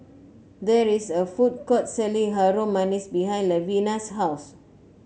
there is a food court selling Harum Manis behind Levina's house